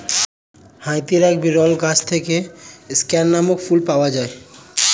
হাইতির এক বিরল গাছ থেকে স্ক্যান নামক ফুল পাওয়া যায়